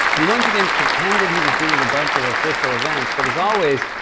he once again pretended he was doing a bunch of official events, but as always,